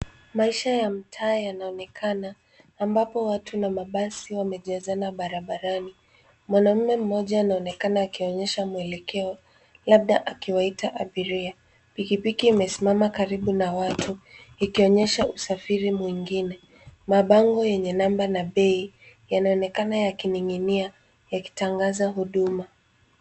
Maisha ya mtaa yanaonekana, ambapo watu na mabasi wamejazana barabarani. Mwanaume mmoja anaonekana akionyesha mwelekeo labda akiwaita abiria. Pikipiki imesimama karibu na watu, ikionyesha usafiri mwingine. Mabango yenye number na bei yanaonekana yakining'inia yakitangaza huduma.